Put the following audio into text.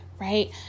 right